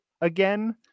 again